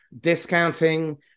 discounting